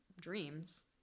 dreams